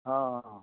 हँ